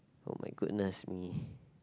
oh-my-goodness me